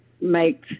make